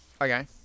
Okay